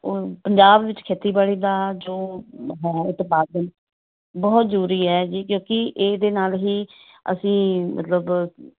ਓ ਪੰਜਾਬ ਵਿੱਚ ਖੇਤੀਬਾੜੀ ਦਾ ਜੋ ਉਤਪਾਦਨ ਬਹੁਤ ਜ਼ਰੂਰੀ ਹੈ ਜੀ ਕਿਉਂਕਿ ਇਹਦੇ ਨਾਲ ਹੀ ਅਸੀਂ ਮਤਲਬ